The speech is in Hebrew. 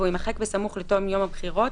והוא יימחק בסמוך לתום יום הבחירות,